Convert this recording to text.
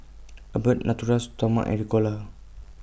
Abbott Natura Stoma and Ricola